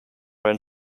ran